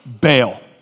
bail